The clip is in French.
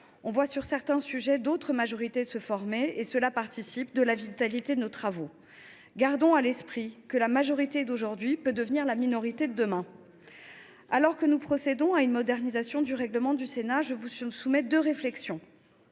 On voit sur certains sujets d’autres majorités se former, et cela participe de la vitalité de nos travaux. Gardons à l’esprit que la majorité d’aujourd’hui peut devenir la minorité de demain. Alors que nous procédons à une modernisation du règlement du Sénat, je vous soumets, mes chers